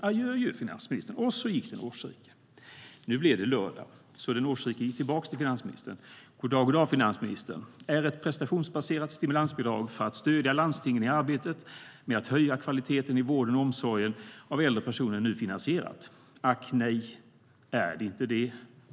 Adjö, adjö, finansministern! När det blev lördag gick den årsrike till finansministern igen.- Ack nej!- Är det inte det?